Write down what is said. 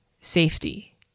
Safety